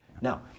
Now